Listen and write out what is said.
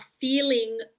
feeling